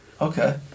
Okay